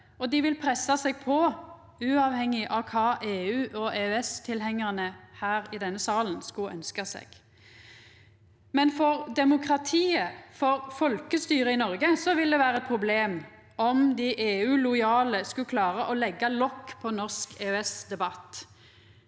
dei vil pressa seg på, uavhengig av kva EU- og EØS-tilhengjarane her i denne salen skulle ønskja seg. For demokratiet og folkestyret i Noreg vil det vera eit problem om dei EU-lojale skulle klara å leggja lokk på norsk EØS-debatt.